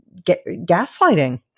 gaslighting